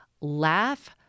laugh